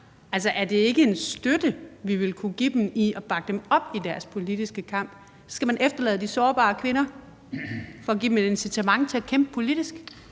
Altså, er det ikke en støtte, vi vil kunne give dem i forhold til at bakke dem op i deres politiske kamp? Så skal man efterlade de sårbare kvinder for at give dem et incitament til at kæmpe politisk?